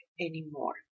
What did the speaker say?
anymore